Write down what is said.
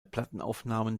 plattenaufnahmen